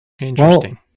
Interesting